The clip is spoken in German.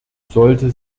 sollte